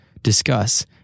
discuss